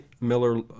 Miller